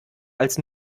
als